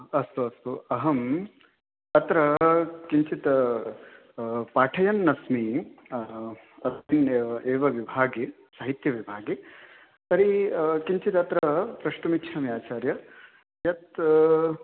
अस्तु अस्तु अहम् अत्र किञ्चित् पाठयन्नस्मि अस्मिन्नेव एव विभागे साहित्यविभागे तर्हि किञ्चिदत्र प्रष्टुमिच्छामि आचार्य यत्